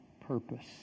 purpose